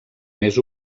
més